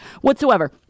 whatsoever